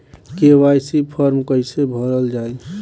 KYC form कइसे भरल जाइ?